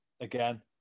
again